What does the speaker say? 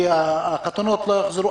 כי החתונות לא יהיו כרגיל.